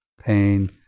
pain